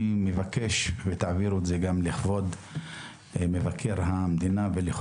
אני מבקש ותעבירו את זה גם לכבוד מבקר המדינה ולכל